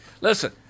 Listen